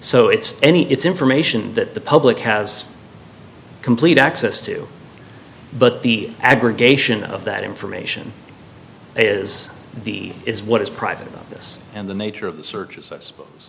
so it's any it's information that the public has complete access to but the aggregation of that information is the is what is private about this and the nature of the searches